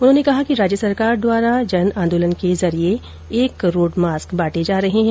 उन्होंने कहा कि राज्य सरकार द्वारा जन आंदोलन के जरिये एक करोड़ मास्क बांटे जा रहे हैं